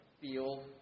feel